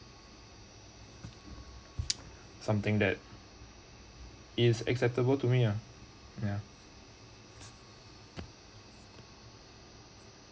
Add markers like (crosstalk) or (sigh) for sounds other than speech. (noise) something that is acceptable to me ah ya